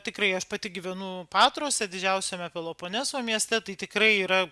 tikrai aš pati gyvenu patruose didžiausiame peloponeso mieste tai tikrai yra